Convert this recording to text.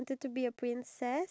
is it